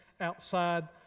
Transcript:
outside